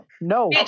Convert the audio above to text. No